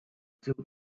still